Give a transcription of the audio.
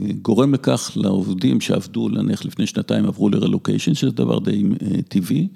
גורם לכך לעובדים שעבדו נניח לפני שנתיים עברו ל-relocation, שזה דבר די טבעי.